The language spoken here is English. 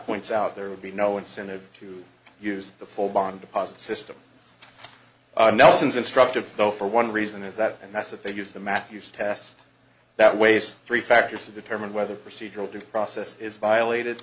points out there would be no incentive to use the full bond deposit system nelson's instructive though for one reason is that and that's that they use the matthews test that weighs three factors to determine whether procedural due process is violated